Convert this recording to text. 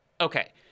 Okay